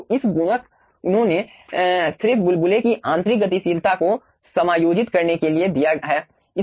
तो इस गुणक उन्होंने सिर्फ बुलबुले की आंतरिक गतिशीलता को समायोजित करने के लिए दिया है